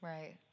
Right